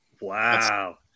wow